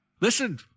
Listen